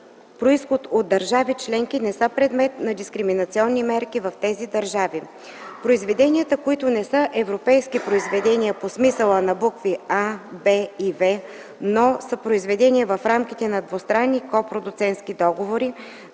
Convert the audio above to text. произход от държави членки не са предмет на дискриминационни мерки в тези държави. Произведения, които не са европейски произведения по смисъла на букви „а”, „б” или „в”, но са произведени в рамките на двустранни копродуцентски договори,